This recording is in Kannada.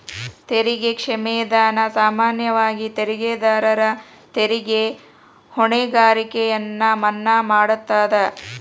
ತೆರಿಗೆ ಕ್ಷಮಾದಾನ ಸಾಮಾನ್ಯವಾಗಿ ತೆರಿಗೆದಾರರ ತೆರಿಗೆ ಹೊಣೆಗಾರಿಕೆಯನ್ನ ಮನ್ನಾ ಮಾಡತದ